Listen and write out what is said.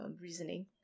reasoning